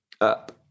up